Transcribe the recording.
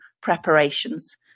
preparations